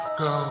go